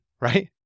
right